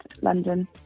London